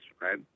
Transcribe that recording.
right